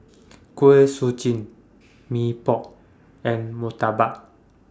Kuih Suji Mee Pok and Murtabak